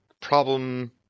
problem